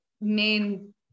main